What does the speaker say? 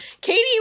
Katie